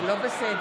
זה היה,